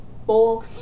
bowl